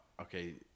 okay